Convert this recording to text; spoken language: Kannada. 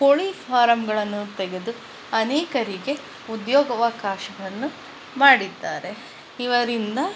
ಕೋಳಿ ಫಾರಂಗಳನ್ನು ತೆಗೆದು ಅನೇಕರಿಗೆ ಉದ್ಯೋಗವಕಾಶವನ್ನು ಮಾಡಿದ್ದಾರೆ ಇವರಿಂದ